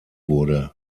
wurde